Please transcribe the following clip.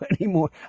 anymore